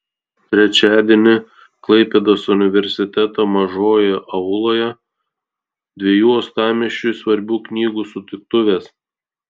trečiadienį klaipėdos universiteto mažojoje auloje dviejų uostamiesčiui svarbių knygų sutiktuvės